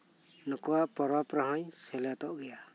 ᱱᱩᱠᱩᱣᱟᱜ ᱯᱚᱨᱚᱵ ᱨᱮᱦᱚᱧ ᱥᱮᱞᱮᱛᱚᱜ ᱜᱮᱭᱟ